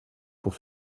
pour